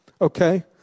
Okay